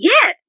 Yes